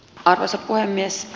arvoisa puhemies